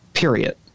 Period